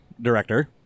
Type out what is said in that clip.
director